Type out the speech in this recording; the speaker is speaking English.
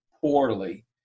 poorly